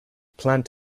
planned